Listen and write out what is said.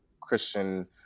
Christian